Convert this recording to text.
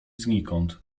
znikąd